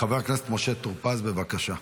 חבר הכנסת משה טור פז, בבקשה.